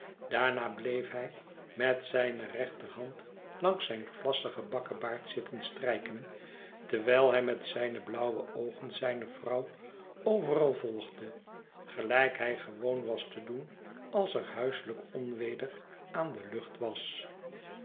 daarna bleef hij met zijne rechterhand langs zijn vlassigen bakkebaard zitten strijken terwijl hij met zijne blauwe oogen zijne vrouwoveral volgde gelijk hij gewoon was te doen als er huiselijk onweder aan de lucht was